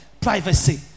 privacy